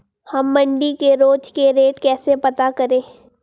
हम मंडी के रोज के रेट कैसे पता करें?